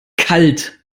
kalt